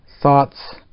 thoughts